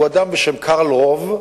הוא אדם בשם קרל רוב,